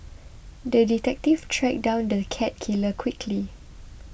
the detective tracked down the cat killer quickly